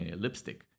Lipstick